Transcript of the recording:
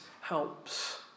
helps